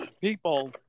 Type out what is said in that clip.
people